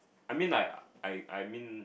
I mean like I I mean